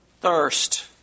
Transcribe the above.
Thirst